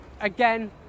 again